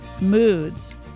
moods